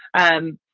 and